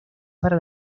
para